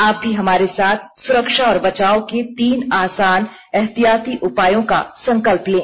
आप भी हमारे साथ सुरक्षा और बचाव के तीन आसान एहतियाती उपायों का संकल्प लें